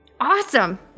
Awesome